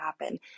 happen